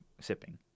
sipping